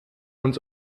uns